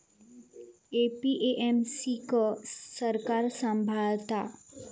APMC क सरकार सांभाळता